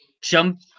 jump